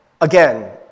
Again